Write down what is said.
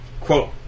Quote